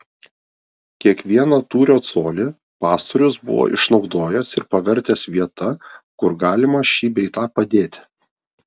kiekvieną tūrio colį pastorius buvo išnaudojęs ir pavertęs vieta kur galima šį bei tą padėti